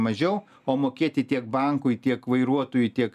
mažiau o mokėti tiek bankui tiek vairuotojui tiek